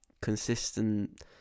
consistent